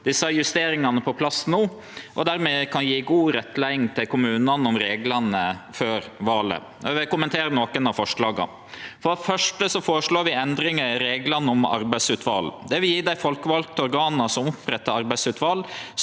desse justeringane på plass no, og at vi dermed kan gje god rettleiing til kommunane om reglane før valet. Eg vil kommentere nokre av forslaga. For det første føreslår vi endringar i reglane om arbeidsutval. Det vil gje dei folkevalde organa som opprettar arbeidsutval,